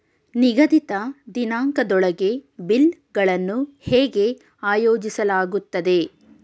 ನಿಗದಿತ ದಿನಾಂಕದೊಳಗೆ ಬಿಲ್ ಗಳನ್ನು ಹೇಗೆ ಆಯೋಜಿಸಲಾಗುತ್ತದೆ?